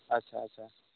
ᱟᱪᱪᱷᱟ ᱟᱪᱪᱷᱟ